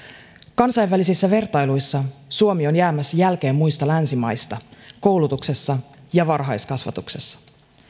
kansainvälisissä vertailuissa suomi on jäämässä jälkeen muista länsimaista koulutuksessa ja varhaiskasvatuksessa